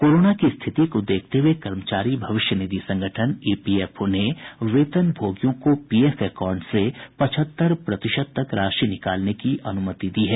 corona की स्थिति को देखते हुए कर्मचारी भविष्य निधि संगठन ईपीएफओ ने वेतन भोगियों को पीएफ एकाउंट से पचहत्तर प्रतिशत तक राशि निकालने की अनुमति दी है